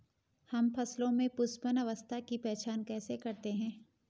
हम फसलों में पुष्पन अवस्था की पहचान कैसे करते हैं?